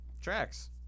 Tracks